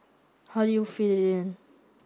how do you fit it in